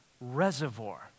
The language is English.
reservoir